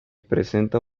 presenta